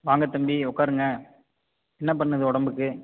வாங்க தம்பி உக்காருங்க என்ன பண்ணுது உடம்புக்கு